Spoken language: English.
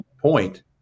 point